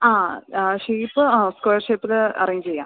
ആ ഷേപ്പ് ആ സ്ക്വയർ ഷേപ്പിൽ അറേഞ്ച് ചെയ്യാം